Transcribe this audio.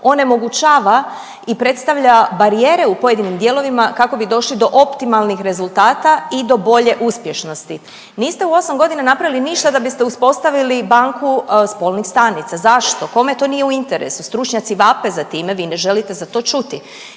onemogućava i predstavlja barijere u pojedinim dijelovima kako bi došli do optimalnih rezultata i do bolje uspješnosti. Niste u 8 godina napravili ništa da biste uspostavili banku spolnih stanica, zašto? Kome to nije u interesu? Stručnjaci vape za time, vi ne želite za to čuti.